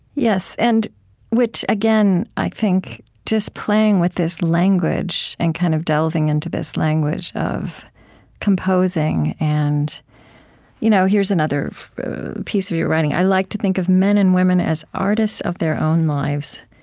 yes, and which again, i think, just playing with this language and kind of delving into this language of composing and you know here's another piece of your writing i like to think of men and women as artists of their own lives,